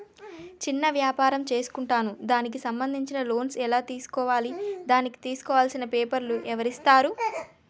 చిన్న వ్యాపారం చేసుకుంటాను దానికి సంబంధించిన లోన్స్ ఎలా తెలుసుకోవాలి దానికి కావాల్సిన పేపర్లు ఎవరిస్తారు?